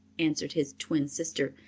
answered his twin sister.